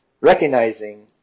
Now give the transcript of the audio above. Recognizing